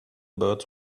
birds